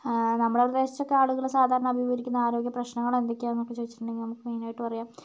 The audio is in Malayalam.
നമ്മുടെ പ്രദേശത്തൊക്കെ ആളുകള് സാധാരണ അഭിമുഖീകരിക്കുന്ന ആരോഗ്യപ്രശ്നങ്ങൾ എന്തൊക്കെയാന്നൊക്കെ ചോദിച്ചിട്ടുണ്ടെങ്കിൽ നമുക്ക് മെയ്നായിട്ട് പറയാം